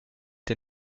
der